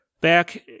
back